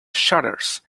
shutters